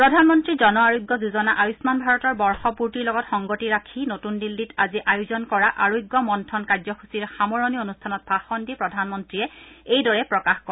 প্ৰধানমন্তী জন আৰোগ্য যোজনা আয়ুম্মান ভাৰতৰ বৰ্ষপূতিৰ লগত সংগতি ৰাখি নতুন দিল্লীত আজি আয়োজন কৰা আৰোগ্য মন্থন কাৰ্যসূচীৰ সামৰণি অনুষ্ঠানত ভাষণ দি প্ৰধানমন্ত্ৰীয়ে এইদৰে প্ৰকাশ কৰে